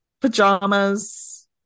pajamas